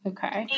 Okay